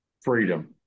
freedom